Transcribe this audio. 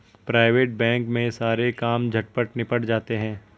private bank में सारे काम झटपट निबट जाते हैं